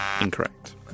Incorrect